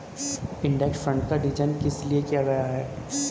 Index fund का design किस लिए किया गया है?